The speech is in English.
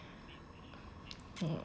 mm